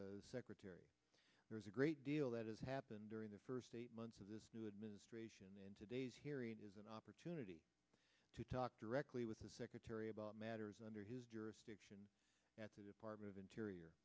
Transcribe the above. the secretary there's a great deal that has happened during the first eight months of this new administration in today's hearing is an opportunity to talk directly with the secretary about matters under his jurisdiction at the department of interior